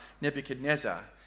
Nebuchadnezzar